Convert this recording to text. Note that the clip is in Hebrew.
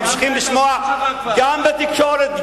ממשיכים לשמוע גם בתקשורת,